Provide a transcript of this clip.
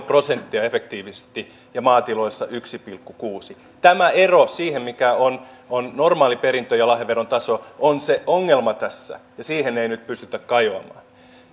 prosenttia efektiivisesti ja maatiloilla yksi pilkku kuusi tämä ero siihen mikä on on normaali perintö ja lahjaveron taso on se ongelma tässä ja siihen ei nyt pystytä kajoamaan